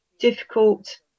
difficult